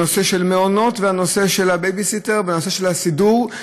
הנושא של מעונות והנושא של בייביסיטר והנושא של הסידור,